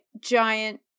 giant